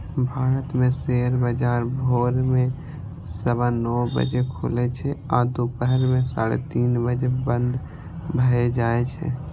भारत मे शेयर बाजार भोर मे सवा नौ बजे खुलै छै आ दुपहर मे साढ़े तीन बजे बंद भए जाए छै